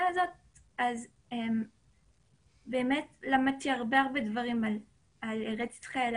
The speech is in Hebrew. הזאת באמת למדתי הרבה דברים על ארץ ישראל,